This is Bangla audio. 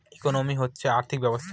ইকোনমি হচ্ছে আর্থিক ব্যবস্থা